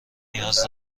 نیاز